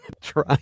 Try